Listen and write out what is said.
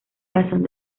razón